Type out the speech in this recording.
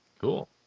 Cool